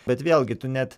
bet vėlgi tu net